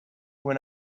when